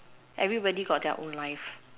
everybody got their own life